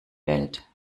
welt